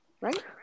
Right